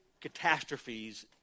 catastrophes